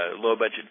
low-budget